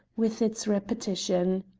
with its repetition.